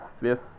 fifth